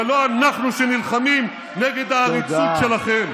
ולא אנחנו, שנלחמים נגד העריצות שלכם.